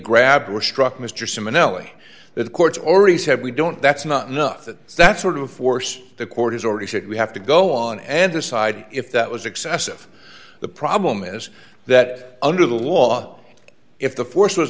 the courts already said we don't that's not enough that that's sort of force the court has already said we have to go on and decide if that was excessive the problem is that under the law if the force was